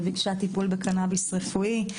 וביקשה טיפול בקנביס רפואי.